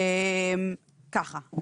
ככה: